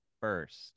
first